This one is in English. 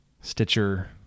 stitcher